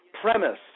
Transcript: premise